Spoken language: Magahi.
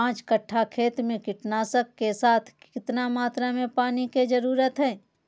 पांच कट्ठा खेत में कीटनाशक के साथ कितना मात्रा में पानी के जरूरत है?